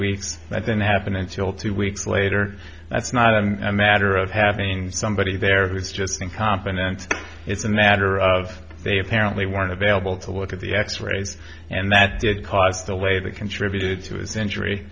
weeks i didn't happen until two weeks later that's not and matter of having somebody there who's just incompetent it's a matter of they apparently weren't available to look at the x rays and that did cause the way that contributed to his injury